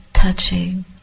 Touching